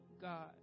God